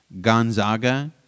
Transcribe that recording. Gonzaga